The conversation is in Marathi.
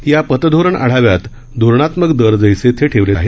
या पतधोरण आढाव्यात धोरणात्मक दर जैसे थे ठेवले जाणार आहेत